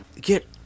get